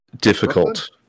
difficult